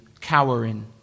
Cowering